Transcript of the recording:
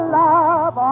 love